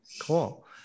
Cool